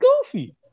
goofy